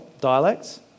dialects